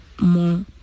more